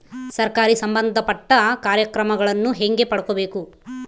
ಸರಕಾರಿ ಸಂಬಂಧಪಟ್ಟ ಕಾರ್ಯಕ್ರಮಗಳನ್ನು ಹೆಂಗ ಪಡ್ಕೊಬೇಕು?